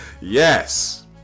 Yes